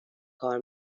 کار